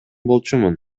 болчумун